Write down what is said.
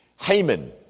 Haman